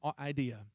idea